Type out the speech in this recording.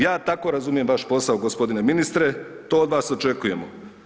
Ja tako razumijem vaš posao gospodine ministre, to od vas očekujemo.